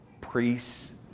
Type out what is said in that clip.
priests